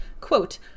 Quote